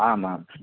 आम् आम्